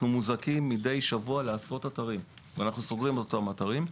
אנחנו מוזעקים מידי שבוע לעשרות אתרים ואנחנו סוגרים את האתרים.